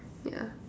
yeah